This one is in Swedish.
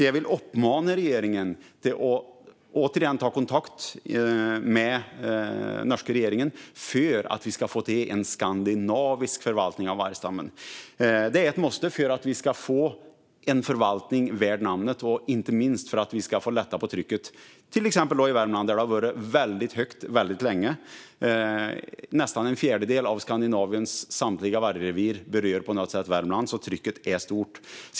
Jag vill därför uppmana regeringen att återigen ta kontakt med den norska regeringen för att vi ska få till en skandinavisk förvaltning av vargstammen. Det är ett måste för att vi ska få en förvaltning värd namnet och inte minst för att vi ska få lätta på trycket, till exempel i Värmland där trycket har varit väldigt högt väldigt länge. Nästan en fjärdedel av Skandinaviens samtliga vargrevir berör på något sätt Värmland, så trycket är stort.